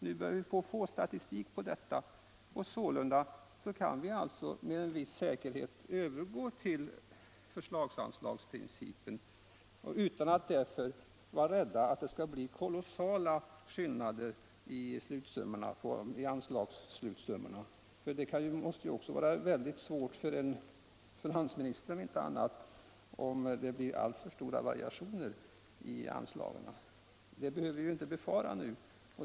Nu börjar vi få statistik över detta, och vi kan alltså med en viss säkerhet övergå till förslagsanslagsprincipen utan att därför behöva vara rädda för att det skall bli kolossala skillnader i anslagsslutsummorna. Det måste ju, om inte annat, vara väldigt svårt för finansministern ifall det blir alltför stora variationer i anslagen. Detta behöver vi som sagt inte befara nu.